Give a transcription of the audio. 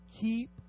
Keep